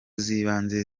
z’ibanze